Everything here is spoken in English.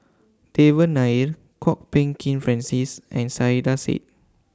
Devan Nair Kwok Peng Kin Francis and Saiedah Said